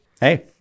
hey